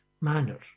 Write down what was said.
manner